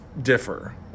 differ